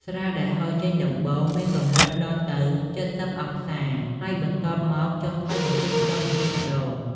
ស្រាដែលហូរចេញដំបូងមានកម្រិតដល់ទៅ៧០អង្សា ហើយបន្ទាប់មកចុះថយម្តងបន្តិចៗ។